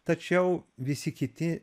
tačiau visi kiti